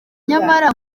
nyamara